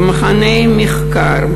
במכוני מחקר,